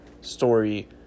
story